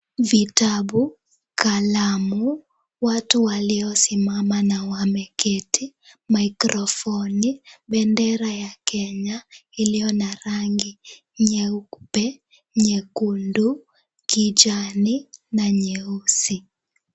Vitabu, kalamu, watu waliosimama na wameketi. Mikrofoni, bendera ya Kenya iliyo na rangi nyeupe, nyekundu, kijani na nyeusi.